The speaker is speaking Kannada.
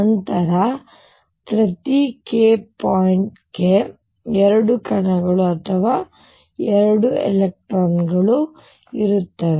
ನಂತರ ಪ್ರತಿ k ಪಾಯಿಂಟ್ ಗೆ 2 ಕಣಗಳು ಅಥವಾ 2 ಎಲೆಕ್ಟ್ರಾನ್ಗಳು ಇರುತ್ತವೆ